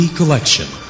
collection